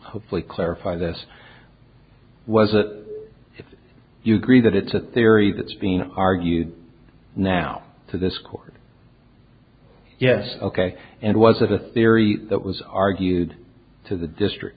hopefully clarify this was it you agree that it's a theory that's being argued now to this court yes ok and was it a theory that was argued to the district